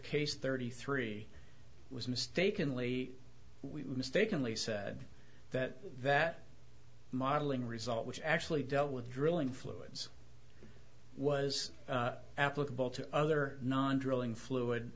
case thirty three was mistakenly we mistakenly said that that modeling result which actually dealt with drilling fluids was applicable to other non drilling fluid